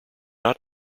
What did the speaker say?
not